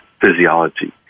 physiology